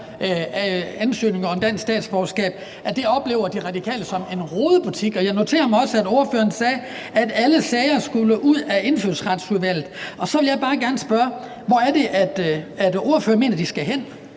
ansøgninger om dansk statsborgerskab oplever De Radikale som en rodebutik. Og jeg noterer mig også, at ordføreren sagde, at alle sager skulle ud af Indfødsretsudvalget. Og så vil jeg bare gerne spørge: Hvor er det, ordføreren mener de skal hen?